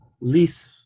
least